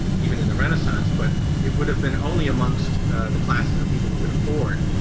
even in the renaissance, but it would have been only amongst the classes of people who could afford,